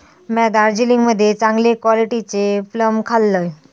म्या दार्जिलिंग मध्ये चांगले क्वालिटीचे प्लम खाल्लंय